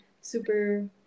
super